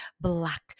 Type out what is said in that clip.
Black